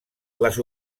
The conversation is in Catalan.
les